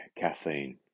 caffeine